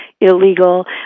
illegal